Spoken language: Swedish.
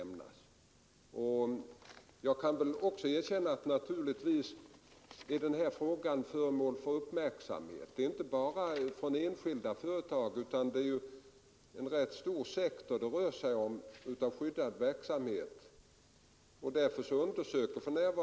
Jag kan också erkänna att denna fråga är föremål för uppmärksamhet, inte bara från enskilda företag; det är ju en rätt stor sektor det rör sig om av skyddad verksamhet.